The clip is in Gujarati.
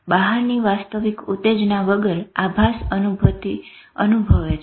બહારની વાસ્તવિક ઉતેજના વગર આભાસ અનુભૂતિ અનુભવે છે